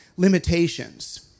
limitations